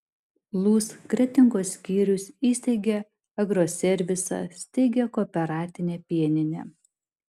lūs kretingos skyrius įsteigė agroservisą steigia kooperatinę pieninę